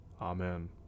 Amen